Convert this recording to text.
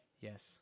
Yes